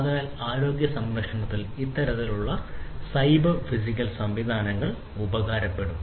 അതിനാൽ ആരോഗ്യ സംരക്ഷണത്തിൽ ഇത്തരത്തിലുള്ള സൈബർ ഫിസിക്കൽ സംവിധാനങ്ങൾ ഉപയോഗപ്രദമാകും